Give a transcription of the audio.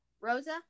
Rosa